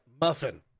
muffin